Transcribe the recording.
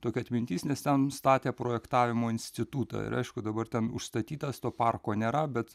tokia atmintis nes ten statė projektavimo institutą ir aišku dabar ten užstatytas to parko nėra bet